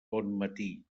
bonmatí